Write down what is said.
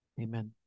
Amen